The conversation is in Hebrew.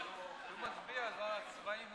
בבקשה, גברתי.